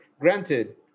Granted